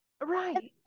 Right